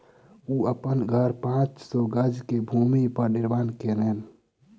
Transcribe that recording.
ओ अपन घर पांच सौ गज के भूमि पर निर्माण केलैन